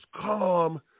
calm